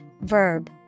verb